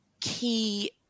key